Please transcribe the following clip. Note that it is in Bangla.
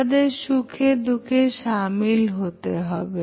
তাদের সুখে দুঃখে শামিল হতে হবে